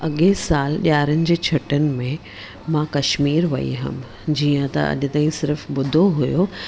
अॻे सालु ॾियारियुनि जी छुटियुनि में मां कश्मीर वई हुअमि जीअं त अॼु ताईं सिर्फ़ु ॿुधो हुओ